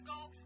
go